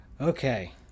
okay